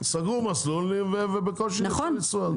סגרו מסלולים ובקושי הכניסו --- נכון.